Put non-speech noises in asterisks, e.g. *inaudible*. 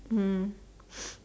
mm *noise*